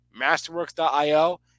Masterworks.io